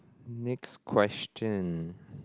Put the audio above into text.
next question